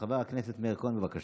חבר הכנסת מאיר כהן, בבקשה.